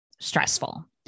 stressful